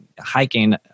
hiking